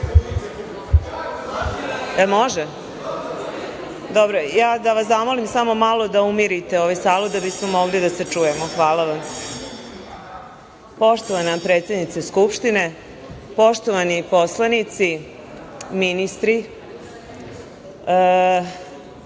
Samo da vas zamolim samo malo da umirite salu, da bismo mogli da se čujemo. Hvala vam. Poštovana predsednice Skupštine, poštovani poslanici, ministri,